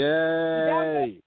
Yay